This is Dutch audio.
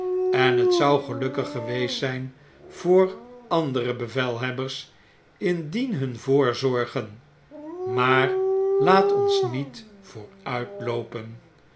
en het zou gelukkig geweest zijn voor andere bevelhebbers indien hun voorzorgen maar laat ons niet